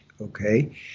okay